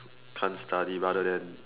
can't study rather than